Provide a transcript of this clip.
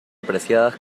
apreciadas